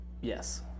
Yes